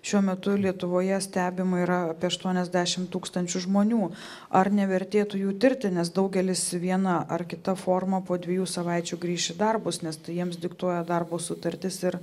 šiuo metu lietuvoje stebima yra apie aštuoniasdešimt tūkstančių žmonių ar nevertėtų jų tirti nes daugelis viena ar kita forma po dviejų savaičių grįš į darbus nes tai jiems diktuoja darbo sutartis ir